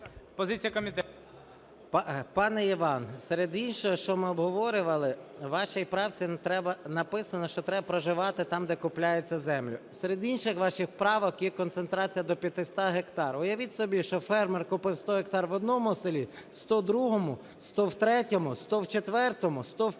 СОЛЬСЬКИЙ М.Т. Пане Іване, серед іншого, що ми обговорювали, у ваші правці написано, що треба проживати там, де купляти землю. Серед інших ваших правок є концентрація до 500 гектарів. Уявіть собі, що фермер купив 100 гектар в одному селі, 100 - в